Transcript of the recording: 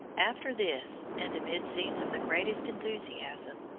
after this, and amid scenes of the greatest enthusiasm,